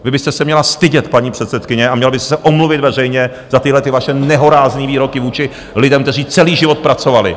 Vy byste se měla stydět, paní předsedkyně, a měla byste se omluvit veřejně za tyhlety vaše nehorázné výroky vůči lidem, kteří celý život pracovali!